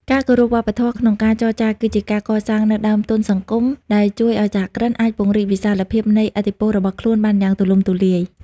ការគោរពវប្បធម៌ក្នុងការចរចា គឺជាការកសាងនូវ "ដើមទុនសង្គម" ដែលជួយឱ្យសហគ្រិនអាចពង្រីកវិសាលភាពនៃឥទ្ធិពលរបស់ខ្លួនបានយ៉ាងទូលំទូលាយ។